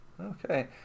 Okay